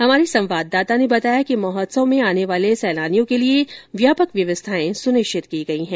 हमारे संवाददाता ने बताया कि महोत्सव में आने वाले सैलानियों के लिए व्यापक व्यवस्थाएं सुनिश्चित की गई हैं